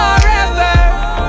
Forever